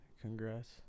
Congrats